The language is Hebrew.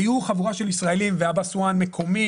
היו חבורה של ישראלים ועבאס סואן מקומי,